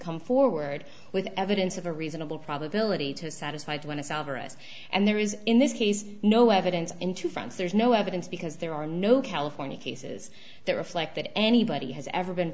come forward with evidence of a reasonable probability to satisfied when it's over us and there is in this case no evidence into france there's no evidence because there are no california cases that reflect that anybody has ever been